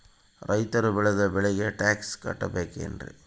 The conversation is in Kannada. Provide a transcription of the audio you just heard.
ರೈತರು ಬೆಳೆದ ಬೆಳೆಗೆ ಟ್ಯಾಕ್ಸ್ ಕಟ್ಟಬೇಕೆನ್ರಿ?